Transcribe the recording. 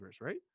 right